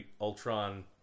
Ultron